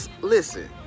listen